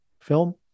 film